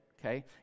okay